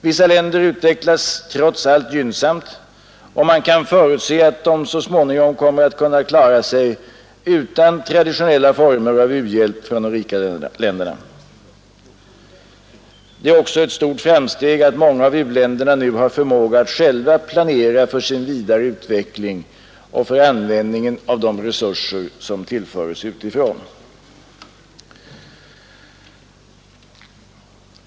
Vissa länder utvecklas trots allt gynnsamt, och man kan förutse att de så småningom kommer att kunna klara sig utan traditionella former av u-hjälp från de rika länderna. Det är också ett stort framsteg att många av u-länderna nu har förmåga att själva planera för sin vidare utveckling och för användningen av de resurser som tillföres utifrån.